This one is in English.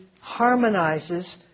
harmonizes